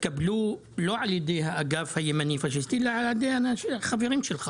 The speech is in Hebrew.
התקבלו לא על ידי האגף הימני-פשיסטי אלא על ידי חברים שלך.